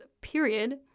period